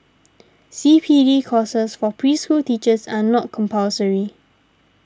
C P D courses for preschool teachers are not compulsory